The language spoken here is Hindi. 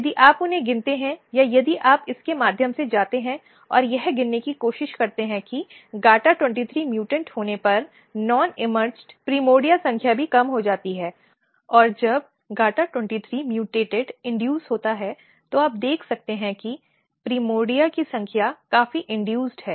यदि आप उन्हें गिनते हैं या यदि आप इसके माध्यम से जाते हैं और यह गिनने की कोशिश करते हैं कि GATA23 म्यूटन्ट होने पर गैर उभरी हुई प्राइमर्डियल संख्या भी कम हो जाती है और जब GATA23 म्यूटेड इंड्यूस होता है तो आप देख सकते हैं कि प्राइमर्डिया की संख्या काफी इंड्यूस्ड है